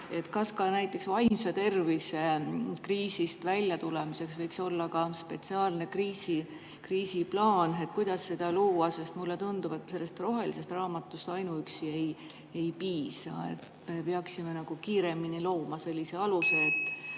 Kas ka näiteks vaimse tervise kriisist väljatulemiseks võiks olla spetsiaalne kriisiplaan? Kuidas seda luua? Mulle tundub, et sellest rohelisest raamatust ainuüksi ei piisa. Peaksime kiiremini looma sellise aluse, et